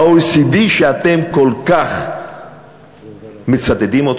ה-OECD שאתם כל כך מצטטים אותו,